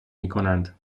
میکنند